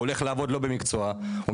הולך לעבוד לא במקצוע שלו,